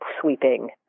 sweeping